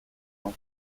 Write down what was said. dans